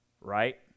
Right